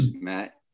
Matt